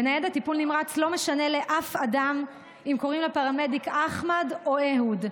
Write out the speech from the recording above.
בניידת טיפול נמרץ לא משנה לאף אדם אם קוראים לפרמדיק אחמד או אהוד.